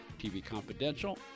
tvconfidential